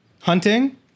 hunting